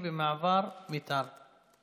זה יום אחר, זה משפחה אחרת, זה אנשים אחרים.